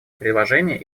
предложения